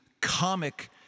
comic